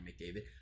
mcdavid